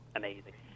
amazing